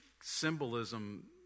symbolism